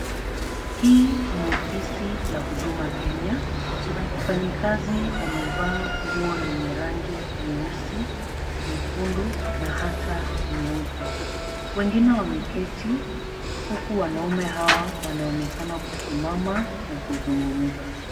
Hii ni ofisi la Huduma Kenya. Wafanyikazi wamevaa nguo lenye rangi nyeusi, nyekundu na hata nyeupe. Wengine wameketi huku wanaume hawa wanaonekana kusimama na kuzungumza.